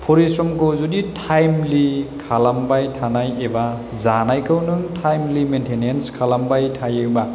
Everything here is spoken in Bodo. फरिस्रमखौ जुदि टाइमलि खालामबाय थानाय एबा जानायखौ नों टाइमलि मेन्टेनेन्स खालामबाय थायोबा